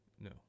No